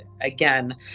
again